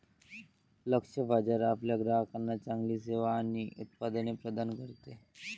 लक्ष्य बाजार आपल्या ग्राहकांना चांगली सेवा आणि उत्पादने प्रदान करते